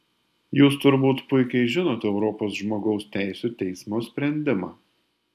jūs turbūt puikiai žinot europos žmogaus teisių teismo sprendimą